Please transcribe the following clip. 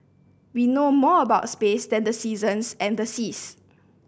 we know more about space than the seasons and the seas